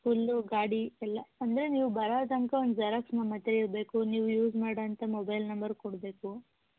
full ಗಾಡಿ ಎಲ್ಲ ಅಂದರೆ ನೀವು ಬರೋ ತನಕ ಒಂದು ಜೆರಾಕ್ಸ್ ನಮ್ಮ ಹತ್ತಿರ ಇರಬೇಕು ನೀವು ಯೂಸ್ ಮಾಡೋವಂಥ ಮೊಬೈಲ್ ನಂಬರ್ ಕೊಡಬೇಕು